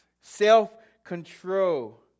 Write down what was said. self-control